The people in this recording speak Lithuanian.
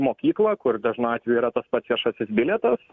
mokyklą kur dažnu atveju yra tas pats viešasis bilietas